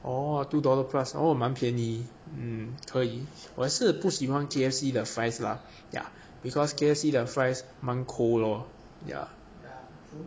orh two dollar plus oh 蛮便宜嗯可以我是不喜欢 K_F_C 的 fries lah ya because K_F_C 的 fries 蛮 cold lor